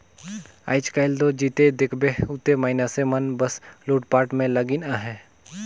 आएज काएल दो जिते देखबे उते मइनसे मन बस लूटपाट में लगिन अहे